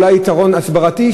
אולי יתרון הסברתי,